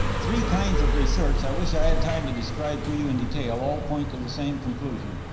three kinds of research i wish i had time to describe to you in detail all point to the same conclusion.